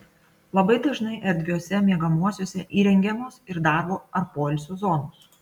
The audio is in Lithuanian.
labai dažnai erdviuose miegamuosiuose įrengiamos ir darbo ar poilsio zonos